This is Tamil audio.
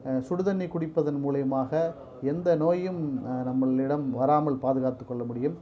சுடுதண்ணி குடிப்பதன் மூலயமாக எந்த நோயும் நம்மளிடம் வராமல் பாதுகாத்துக்கொள்ள முடியும்